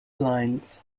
lines